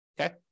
okay